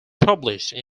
published